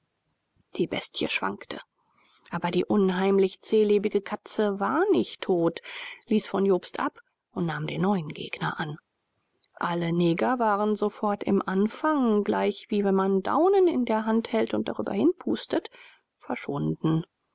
die bestie schwankte aber die unheimlich zählebige katze war nicht tot ließ von jobst ab und nahm den neuen gegner an alle neger waren sofort im anfang gleich wie wenn man daunen in der hand hält und darüber hinpustet verschwunden